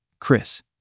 Chris